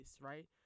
right